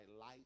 light